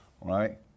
Right